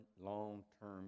long-term